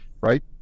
right